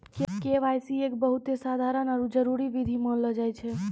KYC एक बहुते साधारण आरु जरूरी विधि मानलो जाय छै